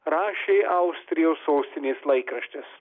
rašė austrijos sostinės laikraštis